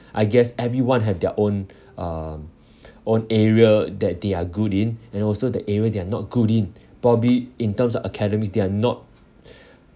I guess everyone have their own um own area that they are good in and also the area they are not good in probably in terms of academics they're not